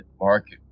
market